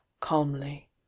calmly